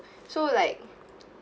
so like